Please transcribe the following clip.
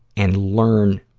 and learn